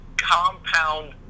compound